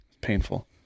painful